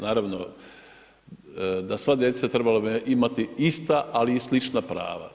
Naravno da sva djeca trebala bi imati ista, ali i slična prava.